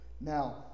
Now